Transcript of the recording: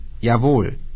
»Jawohl!«